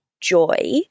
joy